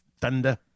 Thunder